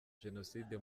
jenoside